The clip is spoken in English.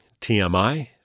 TMI